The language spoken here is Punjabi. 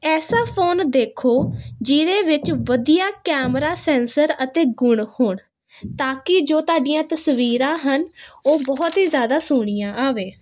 ਐਸਾ ਫੋਨ ਦੇਖੋ ਜਿਹਦੇ ਵਿੱਚ ਵਧੀਆ ਕੈਮਰਾ ਸੈਂਸਰ ਅਤੇ ਗੁਣ ਹੋਣ ਤਾਂ ਕਿ ਜੋ ਤੁਹਾਡੀਆਂ ਤਸਵੀਰਾਂ ਹਨ ਉਹ ਬਹੁਤ ਹੀ ਜ਼ਿਆਦਾ ਸੋਹਣੀਆਂ ਆਵੇ